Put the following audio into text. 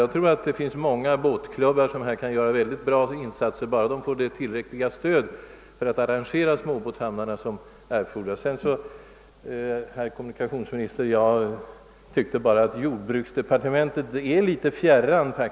Jag tror att det finns många båtklubbar, som här kan göra synnerligen goda insatser bara de får tillräckligt ekonomiskt stöd av det allmänna för att arrangera de erforderliga småbåtshamnarna.